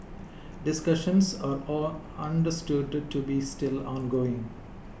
discussions are all understood to be still ongoing